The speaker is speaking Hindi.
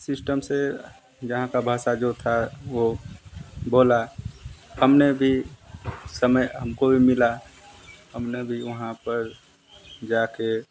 सिस्टम से जहाँ का भाषा जो था वो बोला हमने भी समय हमको भी मिला हमने भी वहाँ पर जा के